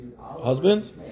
husbands